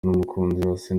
n’umukunzi